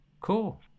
cool